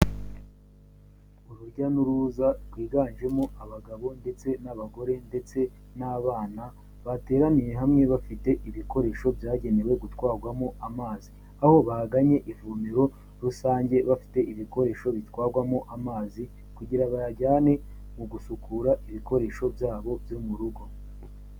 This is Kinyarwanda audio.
Urujya n'uruza rwiganjemo abagabo ndetse n'abagore ndetse n'abana bateraniye hamwe bafite ibikoresho byagenewe gutwarwamo amazi, aho baganye ivumero rusange bafite ibikoresho bitwagwamo amazi kugira, bayajyane mu gusukura ibikoresho byabo byo mu rugo.